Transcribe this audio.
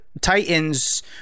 titans